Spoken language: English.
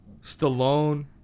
Stallone